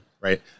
right